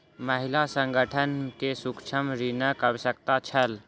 महिला संगठन के सूक्ष्म ऋणक आवश्यकता छल